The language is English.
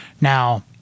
Now